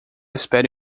espere